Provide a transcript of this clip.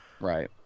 Right